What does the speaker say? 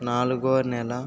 నాలుగో నెల